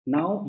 Now